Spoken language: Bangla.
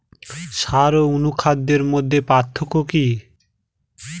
সার ও অনুখাদ্যের মধ্যে পার্থক্য কি?